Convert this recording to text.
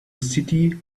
city